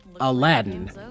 Aladdin